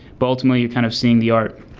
but ultimately you kind of seen the art.